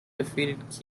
defeated